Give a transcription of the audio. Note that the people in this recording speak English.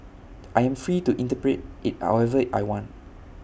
I am free to interpret IT however I want